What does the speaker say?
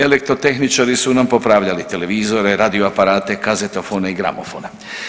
Elektrotehničari su nam popravljali televizore, radio aparate, kazetofone i gramofone.